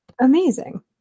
Amazing